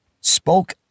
spoke